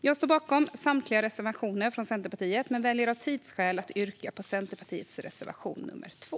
Jag står bakom samtliga reservationer från Centerpartiet men väljer av tidsskäl att yrka bifall endast till Centerpartiets reservation nr 2.